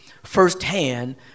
firsthand